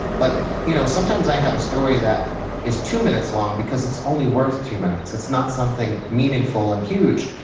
but you know sometimes i have a story that is two minutes long because it's only worth two minutes. it's not something meaningful and huge.